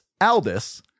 Aldis